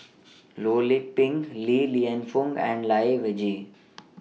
Loh Lik Peng Li Lienfung and Lai Weijie